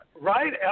Right